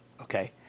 okay